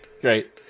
great